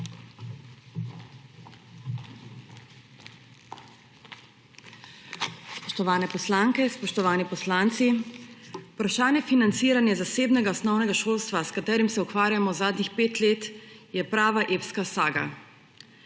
Spoštovane poslanke, spoštovani poslanci! Vprašanje financiranja zasebnega osnovnega šolstva, s katerim se ukvarjamo zadnjih 5 let, je prava epska saga.